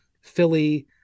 Philly